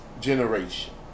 generation